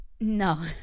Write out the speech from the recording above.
No